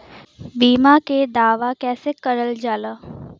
बीमा के दावा कैसे करल जाला?